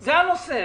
זה הנושא.